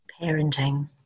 Parenting